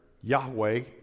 Yahweh